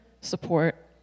support